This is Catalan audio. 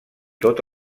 tot